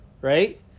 right